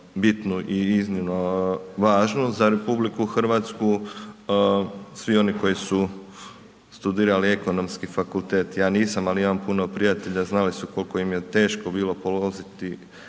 bitnu i iznimno važnu za RH. Svi oni koji su studirali Ekonomski fakultet, ja nisam ali imam puno prijatelja znali su koliko im je teško bilo položiti